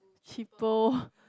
cheapo